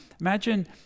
Imagine